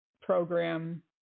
program